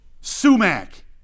sumac